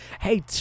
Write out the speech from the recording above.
hey